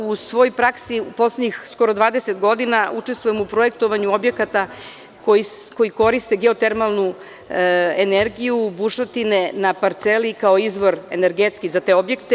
U svojoj praksi poslednjih skoro 20 godina učestvujemo u projektovanju objekata koji koriste geotermalnu energiju u bušotine na parceli kao izvor energetski za te objekte.